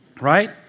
Right